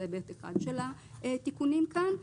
זה (ב)(1) של התיקונים כאן.